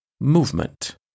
movement